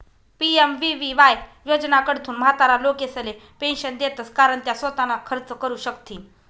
PMVVY योजनाकडथून म्हातारा लोकेसले पेंशन देतंस कारण त्या सोताना खर्च करू शकथीन